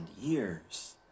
years